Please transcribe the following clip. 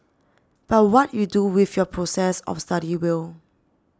but what you do with your process of study will